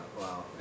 Wow